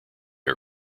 are